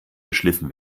geschliffen